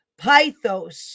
Pythos